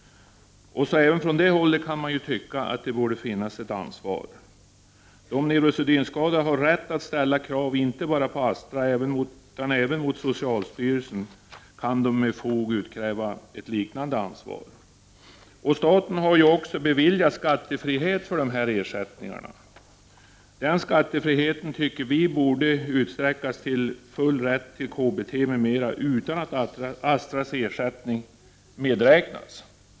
Även från det hållet borde det alltså finnas ett visst ansvar. De neurosedynskadade har inte bara rätt att ställa krav mot Astra, utan de kan med fog utkräva ett liknande ansvar av socialstyrelsen. Staten har också beviljat skattefrihet för denna < sättning, och den skattefriheten borde utsträckas till full rätt till KBT m.:n. utan att Astras ersättning medräknas.